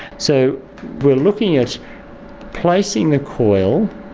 so we are looking at placing the coil